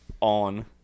on